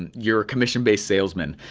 and you're a commission based salesmen.